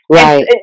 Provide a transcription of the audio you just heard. Right